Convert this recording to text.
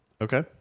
Okay